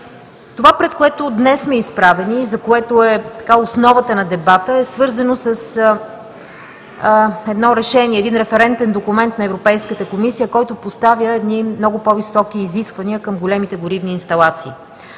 Това, пред което днес сме изправени и, което е основата на дебата, е свързано с решение, един референтен документ на Европейската комисия, който поставя много по-високи изисквания към големите горивни инсталации,